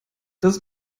das